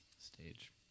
stage